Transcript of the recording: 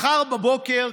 מחר בבוקר,